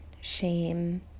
shame